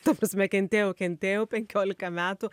ta prasme kentėjau kentėjau penkiolika metų